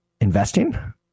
investing